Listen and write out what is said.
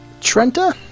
Trenta